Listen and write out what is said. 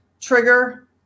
trigger